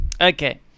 Okay